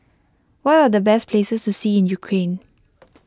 what are the best places to see in Ukraine